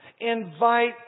invite